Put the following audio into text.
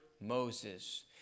Moses